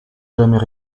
jamais